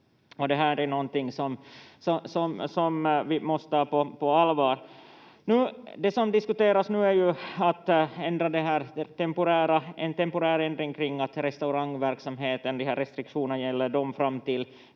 det här är någonting som vi måste ta på allvar. Det som diskuteras nu är ju en temporär ändring kring att restriktionerna i